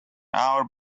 hour